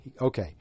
Okay